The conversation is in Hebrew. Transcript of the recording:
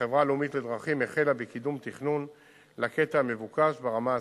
החברה הלאומית לדרכים החלה בקידום תכנון לקטע המבוקש ברמה הסטטוטורית.